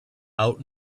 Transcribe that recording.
out